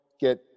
get